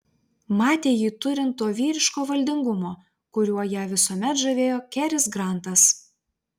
matė jį turint to vyriško valdingumo kuriuo ją visuomet žavėjo keris grantas